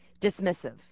dismissive